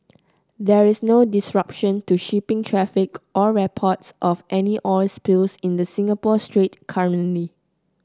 there is no disruption to shipping traffic or reports of any oil spills in the Singapore Strait currently